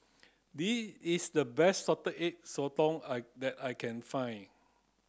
this is the best salted egg sotong I that I can find